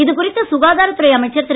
இது குறித்து சுகாதாரத் துறை அமைச்சர் திரு